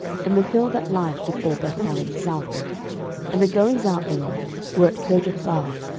from the hill that lieth before bethhoron southward and the goings out thereof were at kirjathbaal,